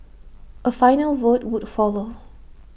A final vote would follow